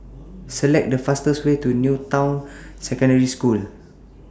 Select The fastest Way to New Town Secondary School